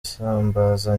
isambaza